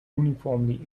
uniformly